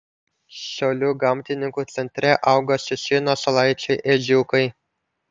šiaulių gamtininkų centre auga šeši našlaičiai ežiukai